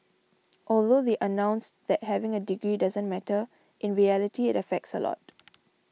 although they announced that having a degree doesn't matter in reality it affects a lot